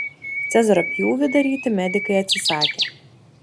cezario pjūvį daryti medikai atsisakė